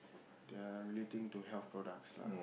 they're relating to health products lah